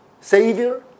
Savior